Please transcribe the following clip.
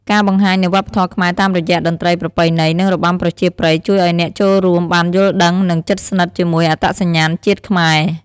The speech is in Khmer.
ការបង្ហាញនូវវប្បធម៌ខ្មែរតាមរយៈតន្រ្តីប្រពៃណី និងរបាំប្រជាប្រិយជួយឲ្យអ្នកចូលរួមបានយល់ដឹង និងជិតស្និទ្ធជាមួយអត្តសញ្ញាណជាតិខ្មែរ។